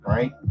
Right